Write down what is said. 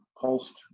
pulsed